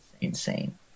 Insane